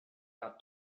got